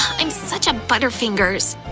i'm such a butter fingers!